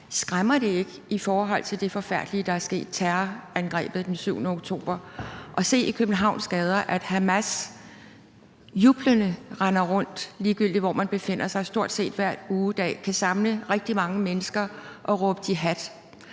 Skræmmer det ikke i forhold til det forfærdelige terrorangreb, der skete den 7. oktober, at man i Københavns gader kan se, at Hamas jublende render rundt, ligegyldigt hvor man befinder sig, og de stort set hver ugedag kan samle rigtig mange mennesker og råbe jihad?